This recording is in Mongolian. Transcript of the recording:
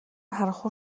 харанхуй